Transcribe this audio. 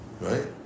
Right